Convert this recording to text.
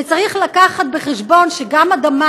וצריך להביא בחשבון שגם אדמה